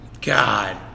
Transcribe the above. God